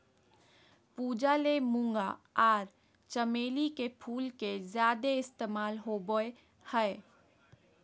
पूजा ले मूंगा आर चमेली के फूल के ज्यादे इस्तमाल होबय हय